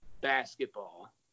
basketball